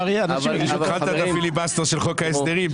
התחלת בפיליבסטר של חוק ההסדרים.